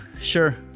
sure